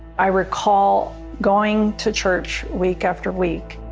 i recall. going to church week after week.